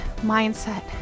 mindset